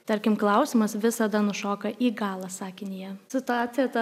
tarkim klausimas visada nušoka į galą sakinyje situacija ta